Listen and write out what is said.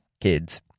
kids